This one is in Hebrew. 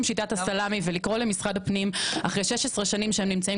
שיטת הסלמי ולקרוא למשרד הפנים אחרי 16 שנים שהם נמצאים